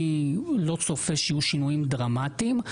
אבל אני לא צופה שיהיו שינויים דרמטיים.